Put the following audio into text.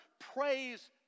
Praise